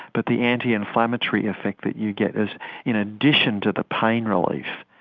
but the anti-inflammatory effect that you get is in addition to the pain relief.